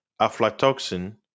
aflatoxin